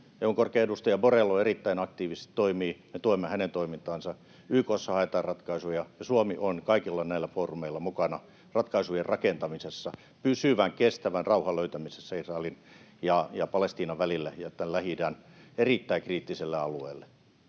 korkea edustaja Borrell toimii erittäin aktiivisesti. Me tuemme hänen toimintaansa. YK:ssa haetaan ratkaisuja, ja Suomi on kaikilla näillä foorumeilla mukana ratkaisujen rakentamisessa: pysyvän, kestävän rauhan löytämisessä Israelin ja Palestiinan välille ja Lähi-idän erittäin kriittiselle alueelle.